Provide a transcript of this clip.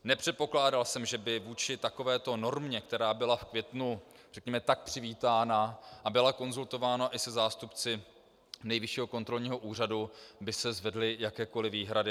Nepředpokládal jsem, že by se vůči takovéto normě, která byla v květnu tak přivítána a byla konzultována i se zástupci Nejvyššího kontrolního úřadu, zvedly jakékoliv výhrady.